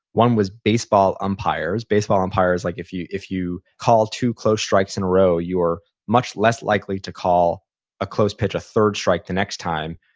one was baseball umpires. baseball umpires, like if you if you call two close strikes in a row you're much less likely to call a close pitch a third strike the next time,